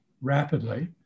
rapidly